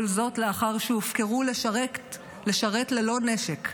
כל זאת לאחר שהופקרו לשרת ללא נשק,